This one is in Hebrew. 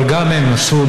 אבל גם הם עשו,